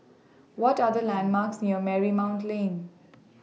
What Are The landmarks near Marymount Lane